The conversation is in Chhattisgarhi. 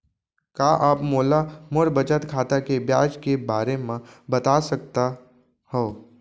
का आप मोला मोर बचत खाता के ब्याज के बारे म बता सकता हव?